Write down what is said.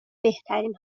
بهترین